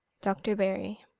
dr. barry.